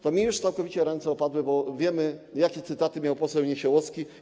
Tu mi już całkowicie ręce opadły, bo wiemy, jakie cytaty miał poseł Niesiołowski.